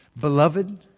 Beloved